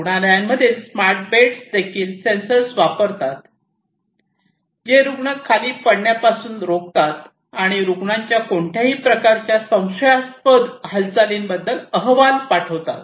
रुग्णालयांमधील smart beds देखील sensors वापरतात जे रुग्ण खाली पडण्यापासून रोखतात आणि रुग्णांच्या कोणत्याही प्रकारच्या संशयास्पद हालचालींबद्दल अहवाल पाठवतात